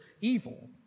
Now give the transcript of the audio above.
evil